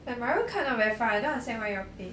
like mario kart not very fun I don't understand why you all play